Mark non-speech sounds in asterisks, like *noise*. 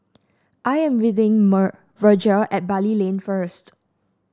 I am meeting *unintelligible* Virgia at Bali Lane first